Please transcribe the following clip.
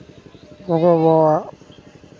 ᱜᱚᱜᱚᱼᱵᱟᱵᱟᱣᱟᱜ